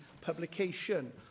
publication